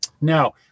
now